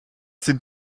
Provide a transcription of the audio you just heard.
sind